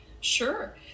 sure